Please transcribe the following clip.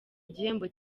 igihembo